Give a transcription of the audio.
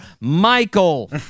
Michael